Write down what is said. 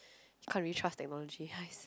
can't really trust technology !hais!